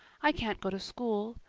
i can't go to school.